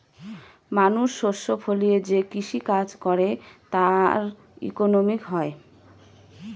মানুষ শস্য ফলিয়ে যে কৃষি কাজ করে তার ইকোনমি হয়